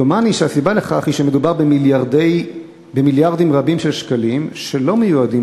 דומני שהסיבה לכך היא שמדובר במיליארדים רבים של שקלים שלא מיועדים